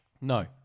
No